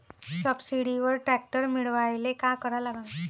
सबसिडीवर ट्रॅक्टर मिळवायले का करा लागन?